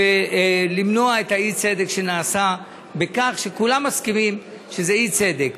ולמנוע את האי-צדק שנעשה בכך שכולם מסכימים שזה אי צדק.